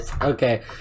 Okay